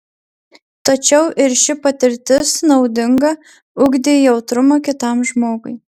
tačiau ir ši patirtis naudinga ugdė jautrumą kitam žmogui